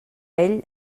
ell